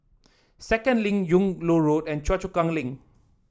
Second Link Yung Loh Road and Choa Chu Kang Link